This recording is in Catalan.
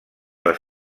les